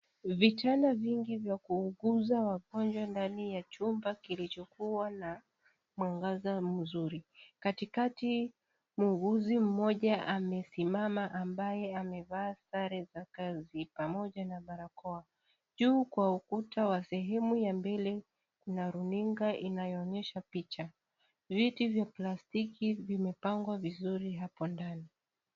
Vitanda vingi vya kuuguza wagonjwa ndani ya chumba kilicho kua na mwangaza mzuri, katikati muuguzi mmoja amesimama ambaye amevaa sare za kazi pamoja na barakoa, juu kwa ukuta wa sehemu ya mbele kuna runinga inayoonyesha picha, viti vya plastiki vimepangwa vizuri hapo ndani.